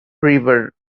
river